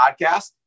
podcast